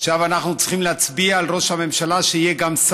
עכשיו אנחנו צריכים להצביע על ראש הממשלה שיהיה שר.